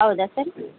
ಹೌದಾ ಸರ್